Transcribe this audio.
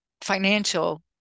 financial